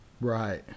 right